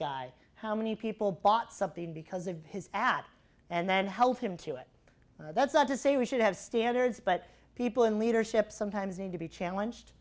guy how many people bought something because of his ad and then help him to it that's not to say we should have standards but people in leadership sometimes need to be challenged